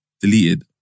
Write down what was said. Deleted